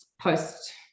post